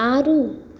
ఆరు